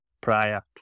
prior